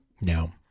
No